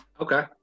Okay